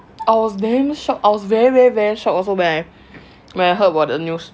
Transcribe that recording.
I are very shocked I was very very very shock when I heard of the news